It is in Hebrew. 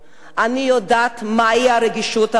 אני יודעת מהי הרגישות האזורית,